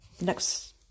next